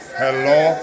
hello